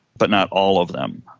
but not all of them.